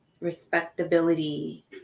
respectability